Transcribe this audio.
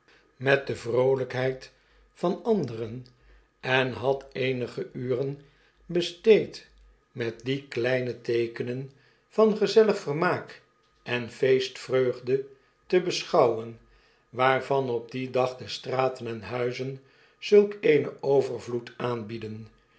met de vroolijkheid van anderen en had eenige uren besteed met die kleineteekenen van gezellig vermaak en feestvreugde te beschouwen waarvan op dien dag de straten en huizen zulk eenen overvloed aanbieden